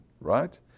right